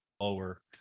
lower